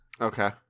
Okay